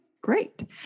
great